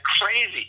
crazy